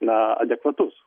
na adekvatus